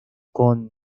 con